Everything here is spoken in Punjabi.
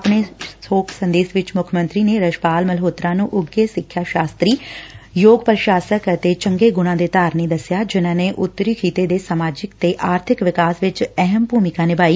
ਆਪਣੇ ਸ਼ੋਕ ਸੰਦੇਸ਼ ਵਿਚ ਮੁੱਖ ਮੰਤਰੀ ਨੇ ਰਸ਼ਪਾਲ ਮਲੋਹਤਰਾ ਨੁੰ ਉੱਘੇ ਸਿੱਖਿਆ ਸ਼ਾਸ਼ਤਰੀ ਯੋਗ ਪੁਸ਼ਾਸਕ ਅਤੇ ਚੰਗੇ ਗੁਣਾਂ ਦੇ ਧਾਰਨੀ ਇਨਸਾਨ ਦਸਿਆ ਜਿਨਾਂ ਨੇ ਉੱਤਰੀ ਖਿੱਤੇ ਦੇ ਸਮਾਜਿਕ ਤੇ ਆਰਥਿਕ ਵਿਕਾਸ ਵਿਚ ਅਹਿਮ ਭੂਮਿਕਾ ਨਿਭਾਈ